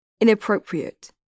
inappropriate